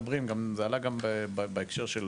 זה עלה גם בהקשר של